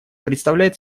представляет